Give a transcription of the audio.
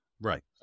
Right